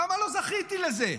למה לא זכיתי לזה?